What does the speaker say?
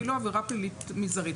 אפילו עבירה פלילית מזערית.